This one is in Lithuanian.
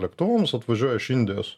lėktuvams atvažiuoja iš indijos